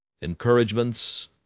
encouragements